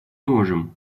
можем